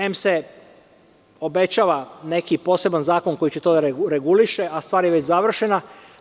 Em, se obećava neki poseban zakon koji će to da reguliše, a stvar je već završena.